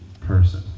person